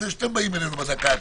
לפני שאתם באים אלינו בדקה ה-90.